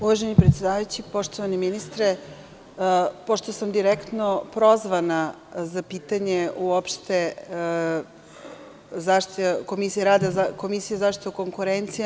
Uvaženi predsedavajući, poštovani ministre, pošto sam direktno prozvana za pitanje uopšte Komisije za zaštitu konkurencije.